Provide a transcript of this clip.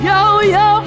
Yo-yo